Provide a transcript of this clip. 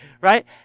right